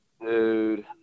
Dude